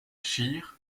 scheer